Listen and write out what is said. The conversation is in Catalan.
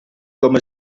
coma